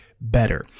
better